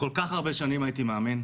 כל כך הרבה שנים הייתי מאמן,